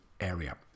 area